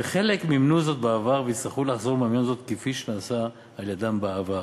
וחלק מימנו זאת בעבר ויצטרכו לחזור ולממן זאת כפי שנעשה על-ידן בעבר.